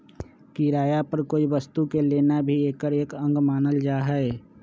किराया पर कोई वस्तु के लेना भी एकर एक अंग मानल जाहई